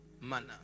manner